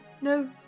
no